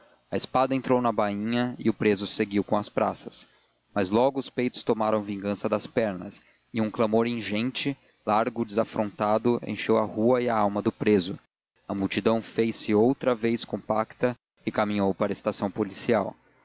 a espada entrou na bainha e o preso seguiu com as praças mas logo os peitos tomaram vingança das pernas e um clamor ingente largo desafrontado encheu a rua e a alma do preso a multidão fez-se outra vez compacta e caminhou para a estação policial